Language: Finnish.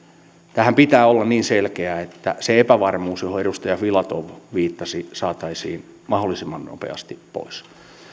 tämänhän pitää olla niin selkeä että se epävarmuus johon edustaja filatov viittasi saataisiin mahdollisimman nopeasti pois